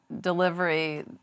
delivery